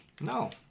No